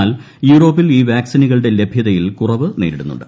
എന്നാൽ യൂറോപ്പിൽ ഇൌ വാക്സിനുകളുടെ ലഭൃതയിൽ കുറവ് നേരിടുന്നുണ്ട്